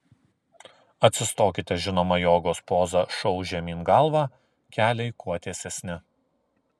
atsistokite žinoma jogos poza šou žemyn galva keliai kuo tiesesni